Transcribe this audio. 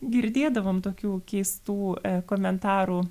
girdėdavom tokių keistų komentarų